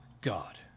God